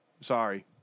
sorry